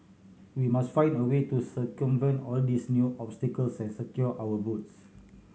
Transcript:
we must find a way to circumvent all these new obstacles and secure our votes